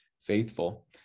faithful